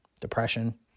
Depression